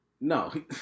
No